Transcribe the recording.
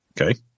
Okay